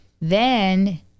then-